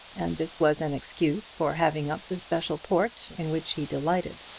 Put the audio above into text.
and this was an excuse for having up the special port in which he delighted.